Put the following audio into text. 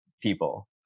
people